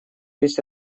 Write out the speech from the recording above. есть